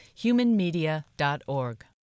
humanmedia.org